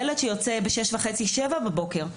ילד שיוצא ב-6:30-7:00 בבוקר.